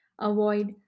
Avoid